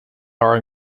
are